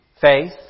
Faith